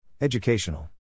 Educational